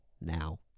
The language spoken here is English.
now